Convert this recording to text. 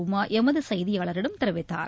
உமா எமது செய்தியாளிடம் தெரிவித்தார்